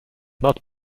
not